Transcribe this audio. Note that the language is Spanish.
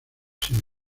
sin